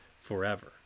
forever